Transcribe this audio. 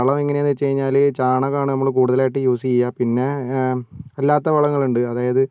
വളം എങ്ങനെയാണെന്ന് വെച്ച് കഴിഞ്ഞാൽ ചാണകമാണ് നമ്മൾ കൂടുതലായിട്ടും യൂസ് ചെയ്യുക പിന്നെ അല്ലാത്ത വളങ്ങളുണ്ട് അതായത്